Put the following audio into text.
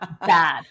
Bad